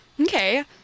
Okay